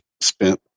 spent